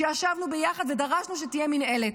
שישבנו ביחד ודרשנו שתהיה מינהלת.